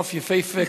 הנוף יפהפה.